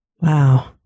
Wow